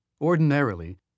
Ordinarily